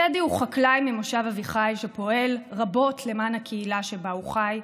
תדי הוא חקלאי ממושב אביחיל שפועל רבות למען הקהילה שבה הוא חי,